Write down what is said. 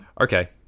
Okay